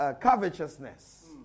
covetousness